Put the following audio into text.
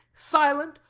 silent,